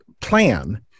plan